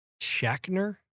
Shackner